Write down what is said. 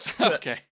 Okay